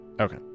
Okay